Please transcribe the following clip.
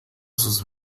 sus